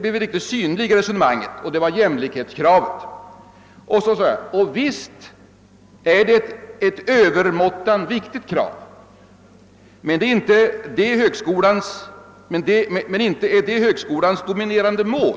blivit riktigt synlig i detta sammanhang, nämligen jämlikhetskravet. Jag påpekade att det visst är ett övermåttan viktigt krav men att det inte är högskolans dominerande mål.